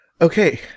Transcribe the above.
okay